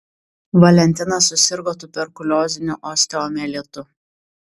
valentinas susirgo tuberkulioziniu osteomielitu